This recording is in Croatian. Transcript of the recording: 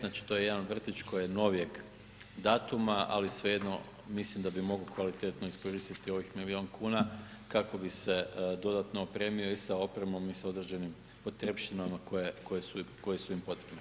Znači to je jedan vrtić koji je novijeg datuma, ali svejedno mislim da bi mogao kvalitetno iskoristiti ovih milijun kuna kako bi se dodatno opremio i sa opremom i sa određenim potrepštinama koje su im potrebne.